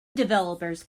developers